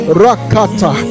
rakata